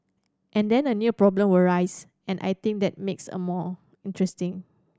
and then a new problem will arise and I think that makes a more interesting